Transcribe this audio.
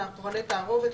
מכוני תערובת,